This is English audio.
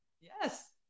Yes